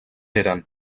eren